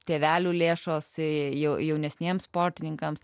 tėvelių lėšos ėjo jaunesniems sportininkams